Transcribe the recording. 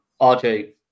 RJ